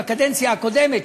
בקדנציה הקודמת,